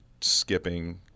skipping